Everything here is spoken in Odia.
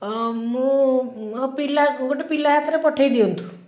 ହଁ ମୁଁ ହଁ ପିଲାକୁ ଗୋଟେ ପିଲା ହାତରେ ପଠେଇ ଦିଅନ୍ତୁ